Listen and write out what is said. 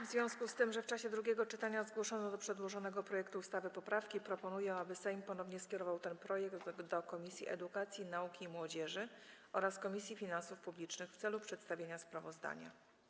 W związku z tym, że w czasie drugiego czytania zgłoszono do przedłożonego projektu ustawy poprawki, proponuję, aby Sejm ponownie skierował ten projekt do Komisji Edukacji, Nauki i Młodzieży oraz Komisji Finansów Publicznych w celu przedstawienia sprawozdania.